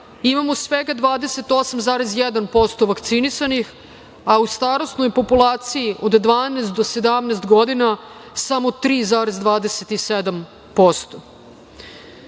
imamo svega 28,1% vakcinisanih, a u starosnoj populaciji od 12-17 godina samo